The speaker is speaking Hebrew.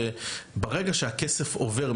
שברגע שהכסף עובר,